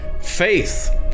faith